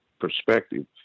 perspective